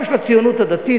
גם של הציונות הדתית.